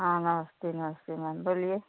हाँ नमस्ते नमस्ते मैम बोलिए